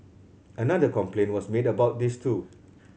another complaint was made about this too